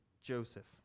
Joseph